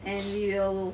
and we will